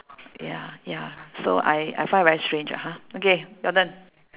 ya ya so I I find very strange ah ha okay your turn